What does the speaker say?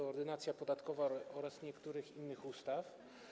Ordynacja podatkowa oraz niektórych innych ustaw.